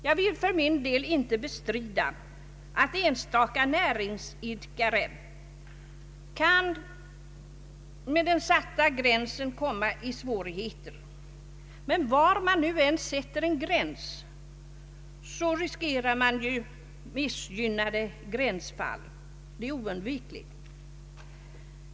Jag vill för min del inte bestrida att enstaka näringsidkare med den satta gränsen kan komma i svårigheter, men var man nu än sätter en gräns riskerar man ju missgynnade gränsfall.